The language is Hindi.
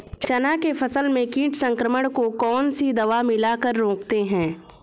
चना के फसल में कीट संक्रमण को कौन सी दवा मिला कर रोकते हैं?